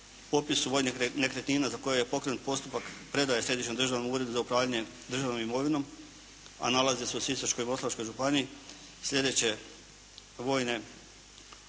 popis vojnih nekretnina za koje je pokrenut postupak predaje Središnjem državnom uredu za upravljanje državnom imovinom, a nalazi se u Sisačko-moslavačkoj županiji sljedeće vojne